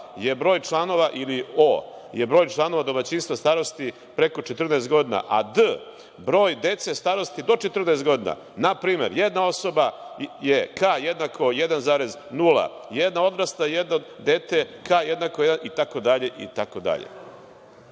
je broj članova ili „O“ je broj članova domaćinstva starosti preko 14 godina a „D“ broje dece starosti do 14 godina. Na primer, jedna osoba je „ka“ jednako 1,0 jedna odrasla, jedno dete „ka“ jednako itd.